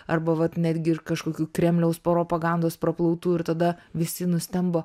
arba va netgi ir kažkokių kremliaus propagandos praplautų ir tada visi nustemba